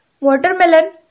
Watermelon